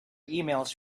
emails